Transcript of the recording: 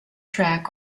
track